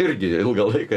irgi ilgą laiką